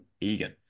Egan